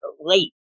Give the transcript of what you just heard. late